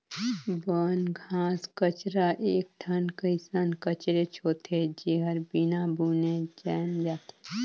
बन, घास कचरा एक ठन कइसन कचरेच होथे, जेहर बिना बुने जायम जाथे